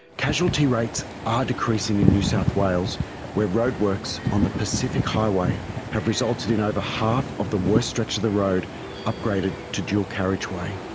casualty rates are ah decreasing in new south wales where road works on the pacific highway have resulted in over half of the worst stretch of the road upgraded to dual carriage way.